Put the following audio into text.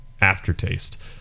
aftertaste